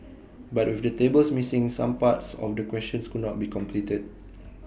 but with the tables missing some parts of the questions could not be completed